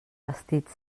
vestit